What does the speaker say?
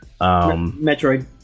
Metroid